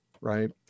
right